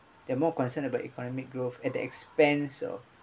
they're more concerned about economic growth at the expense of